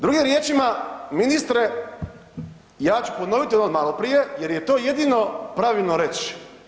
Drugim riječima ministre, ja ću ponoviti ono maloprije jer je to jedino pravilno reć.